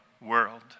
world